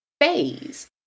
phase